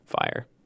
fire